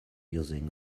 using